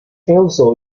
also